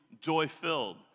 joy-filled